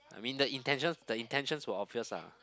I mean the intention the intentions were obvious lah